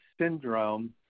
syndrome